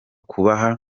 kubaha